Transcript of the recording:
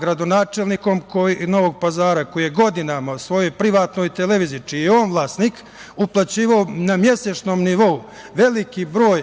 gradonačelnikom Novog Pazara koji je godinama na svojoj privatnoj televiziji, čiji je on vlasnik, uplaćivao na mesečnom nivou veliki broj